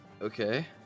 Okay